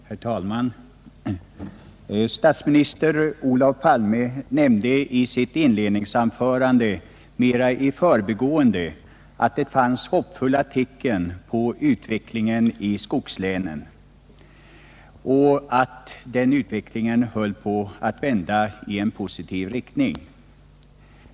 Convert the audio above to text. Herr talman! Statsminister Olof Palme nämnde i sitt inledningsanförande mera i förbigående att det fanns hoppfulla tecken beträffande utvecklingen i skogslänen och att den utvecklingen höll på att vända i en positiv riktning.